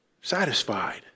satisfied